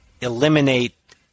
eliminate